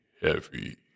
heavy